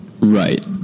Right